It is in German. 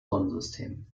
sonnensystem